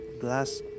glass